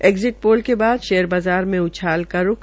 exit poll के बाद share बाज़ार में उछाल का रूख